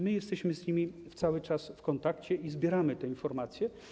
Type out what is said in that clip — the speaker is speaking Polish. My jesteśmy z nimi cały czas w kontakcie i zbieramy te informacje.